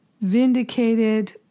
vindicated